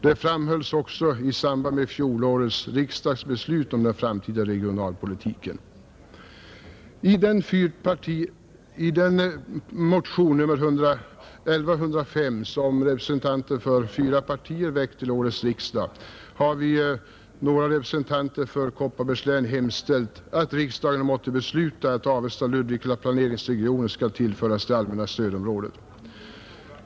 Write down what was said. Detta framhölls även i samband med fjolårets riksdagsbeslut om den framtida regionalpolitiken, I fyrpartimotionen 1105 till årets riksdag har vi, några representanter för Kopparbergs län, hemställt att riksdagen måtte besluta att Avesta och Ludvika planeringsregioner skall ingå i det allmänna stödområdet.